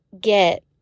get